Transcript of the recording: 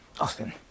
Austin